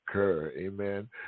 amen